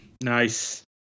Nice